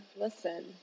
listen